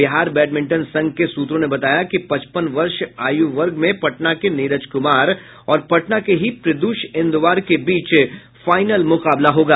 Bihar badminton संघ के सूत्रों ने बताया कि पचपन वर्ष आयु वर्ग में पटना के नीरज कुमार और पटना के ही प्रिद्ष इंदवार के बीच फाइनल मुकाबला होगा